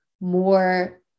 more